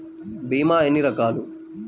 భీమ ఎన్ని రకాలు?